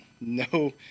no